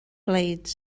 blades